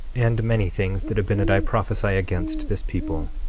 and many things did abinadi prophesy against this people.